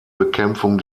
bekämpfung